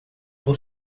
por